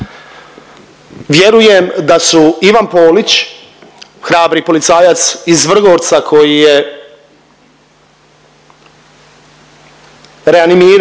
Vjerujem da su Ivan Polić hrabri policajac iz Vrgorca koji je reanimirao